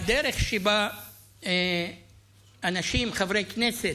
והדרך שבה אנשים, חברי כנסת,